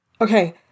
Okay